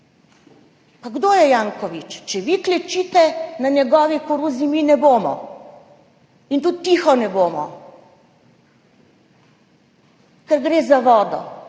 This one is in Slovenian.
Pa kdo je Janković? Če vi klečite na njegovi koruzi, mi ne bomo. Tudi tiho ne bomo, ker gre za vodo!